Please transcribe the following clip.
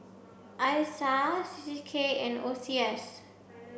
Isa C C K and O C S